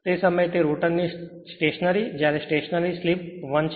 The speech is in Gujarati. તે સમયે તે રોટર સ્ટેશનરી જ્યારે સ્ટેશનરી સ્લિપ 1 છે